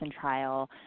trial